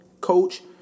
coach